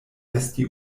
esti